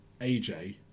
AJ